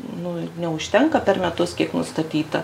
nu ir neužtenka per metus kiek nustatyta